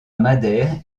madère